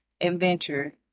adventure